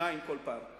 שניים כל פעם.